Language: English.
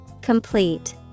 Complete